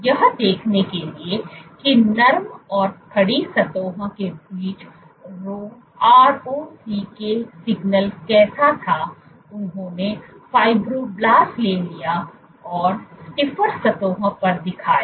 यह देखने के लिए कि नरम और कड़ी सतहों के बीच Rho ROCK सिग्नल कैसा था उन्होंने फाइब्रोब्लास्ट ले लिया और स्टिफर सतहों पर दिखाया